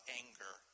anger